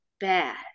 bad